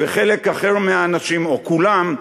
וחלק אחר מהאנשים, או כולם,